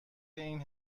این